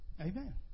Amen